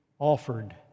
Offered